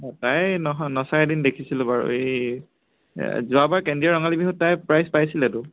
তাই নচা এদিন দেখিছিলোঁ বাৰু এই যোৱাবাৰ কেন্দ্ৰীয় ৰঙালী বিহুত তাই প্ৰাইজ পাইছিলে তো